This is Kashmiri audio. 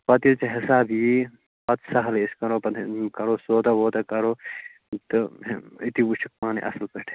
پِتہٕ ییٚلہِ ژےٚ حساب یی پَتہٕ چھِ سہلٕے أسۍ کَرو پَتہٕ کَرو سودا وودا کَرو تہٕ أتی وُچھَکھ پانَے اَصٕل پٲٹھۍ